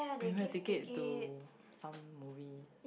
premier ticket to some movie